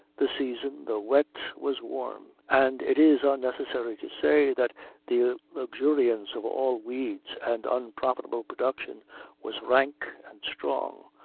the season, though wet, was warm and it is unnecessary to say that the luxuriance of all weeds and unprofitable production was rank and strong,